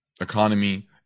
economy